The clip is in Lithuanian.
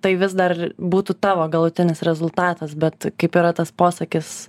tai vis dar būtų tavo galutinis rezultatas bet kaip yra tas posakis